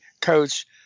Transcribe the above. coach